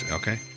okay